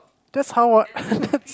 that's how I